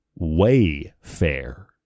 Wayfair